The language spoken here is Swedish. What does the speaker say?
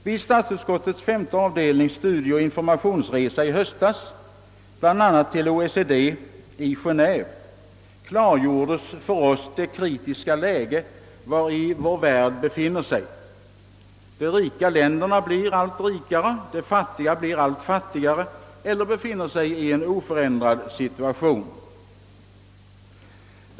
Vid statsutskottets femte avdelnings studieoch informationsresa i höstas, bl.a. till OECD i Genéve, klargjordes för oss det kritiska läge vari vår värld befinner sig. De rika länderna blir allt rikare, de fattiga blir allt fattigare eller befinner sig i en oförändrad situation.